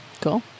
cool